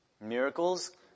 Miracles